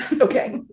Okay